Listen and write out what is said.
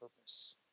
purpose